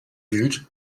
gilt